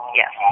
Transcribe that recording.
yes